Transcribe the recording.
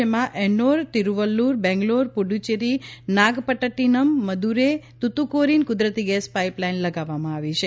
જેમાં એન્નોર તિરુવલ્લુર બેંગલોર પુડુચેરી નાગપટૃટિનમ મદુરે તુતીકોરીન કુદરતી gas pipe line લગાવવામાં આવી છે